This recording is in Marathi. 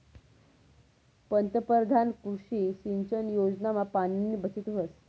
पंतपरधान कृषी सिंचन योजनामा पाणीनी बचत व्हस